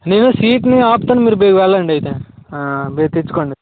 నేను సీట్ ని ఆపుతాను మీరు బేగా వెళ్ళండి ఐతే ఆ బేగా తెచ్చుకోండి